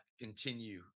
continue